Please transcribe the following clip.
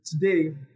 today